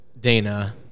Dana